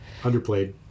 Underplayed